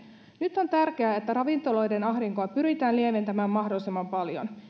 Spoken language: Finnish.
nyt on tärkeää että ravintoloiden ahdinkoa pyritään lieventämään mahdollisimman paljon